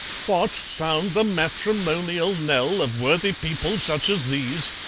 what! sound the matrimonial knell of worthy people such as these!